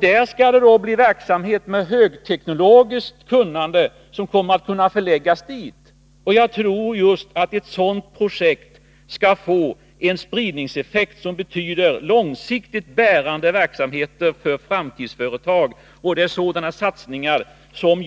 Det skall bli verksamhet med högteknologiskt kunnande som kommer att kunna förläggas dit. Och jag tror just att sådana projekt skall få en spridningseffekt som betyder långsiktigt bärande verksamheter för framtida företag, och det är sådana satsningar som